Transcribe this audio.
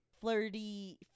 flirty